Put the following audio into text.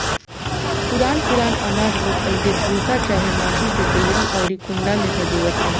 पुरान पुरान आनाज लोग पहिले भूसा चाहे माटी के डेहरी अउरी कुंडा में संजोवत रहे